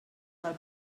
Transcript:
del